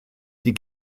die